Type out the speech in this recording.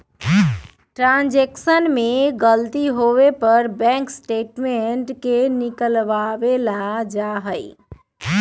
transaction में गलती होवे पर बैंक स्टेटमेंट के निकलवावल जा हई